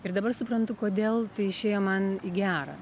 ir dabar suprantu kodėl tai išėjo man į gera